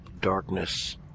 darkness